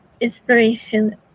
inspiration